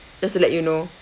just to let you know